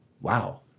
wow